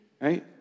right